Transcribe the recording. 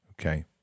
okay